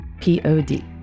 P-O-D